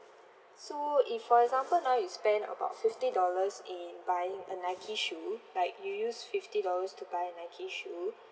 so if for example now you spend about fifty dollars in buying a Nike shoe like you use fifty dollars to buy a Nike shoe